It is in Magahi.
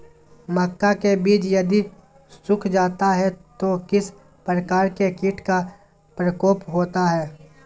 मक्का के बिज यदि सुख जाता है तो किस प्रकार के कीट का प्रकोप होता है?